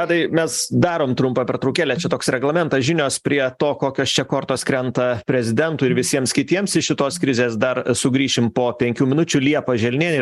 tadai mes darom trumpą pertraukėlę čia toks reglamentas žinios prie to kokios čia kortos krenta prezidentui ir visiems kitiems iš šitos krizės dar sugrįšim po penkių minučių liepa želnienė